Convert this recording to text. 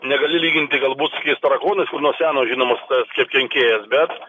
negali lyginti galbūt su kokiais tarakonais kur nuo seno žinomas čia kenkėjas bet